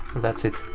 that's it.